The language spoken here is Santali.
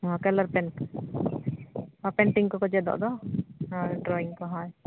ᱠᱟᱞᱟᱨ ᱯᱮᱱ ᱯᱮᱱᱴᱤᱝ ᱠᱚᱠᱚ ᱪᱮᱫᱚᱜ ᱫᱚ ᱦᱳᱭ ᱰᱨᱚᱭᱤᱝ ᱠᱚ ᱦᱳᱭ